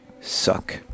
suck